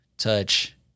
Touch